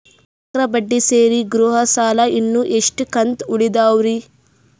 ಚಕ್ರ ಬಡ್ಡಿ ಸೇರಿ ಗೃಹ ಸಾಲ ಇನ್ನು ಎಷ್ಟ ಕಂತ ಉಳಿದಾವರಿ?